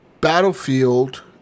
Battlefield